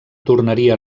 tornaria